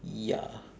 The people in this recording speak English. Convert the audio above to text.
ya